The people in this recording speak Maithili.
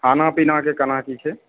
खाना पीनाके केना की छै